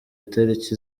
itariki